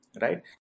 right